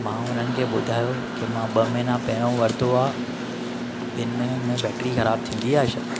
मां हुननि खे ॿुधायो की मां ॿ महीना पहिरों वरितो आहे ॿिनि महिननि में बैटरी ख़राब थींदी आहे छा